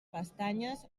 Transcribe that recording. pestanyes